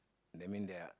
that mean there are